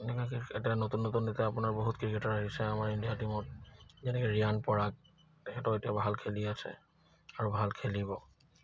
এনেকে এতিয়া নতুন নতুন এতিয়া আপোনাৰ বহুত ক্ৰিকেটাৰ আহিছে আমাৰ ইণ্ডিয়া টীমত যেনেকে ৰিয়ান পৰাগ সেইটো এতিয়া ভাল খেলি আছে আৰু ভাল খেলিব